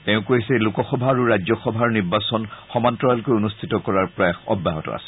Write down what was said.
তেওঁ কৈছে যে লোকসভা আৰু ৰাজ্যসভাৰ নিৰ্বাচন সমান্তৰালকৈ অনুষ্ঠিত কৰাৰ প্ৰয়াস অব্যাহত আছে